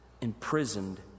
imprisoned